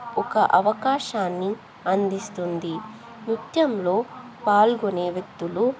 ఒక అవకాశాన్ని అందిస్తుంది నృత్యంలో పాల్గొనే వ్యక్తులు